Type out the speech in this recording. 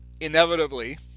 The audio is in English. inevitably